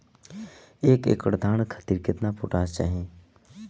एक एकड़ धान खातिर केतना पोटाश चाही?